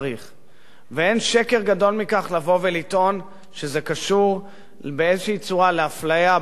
אין שקר גדול מלבוא ולטעון שזה קשור באיזו צורה לאפליה בין דין לדין.